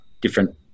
different